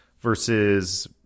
versus